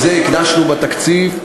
זה בדיוק אותו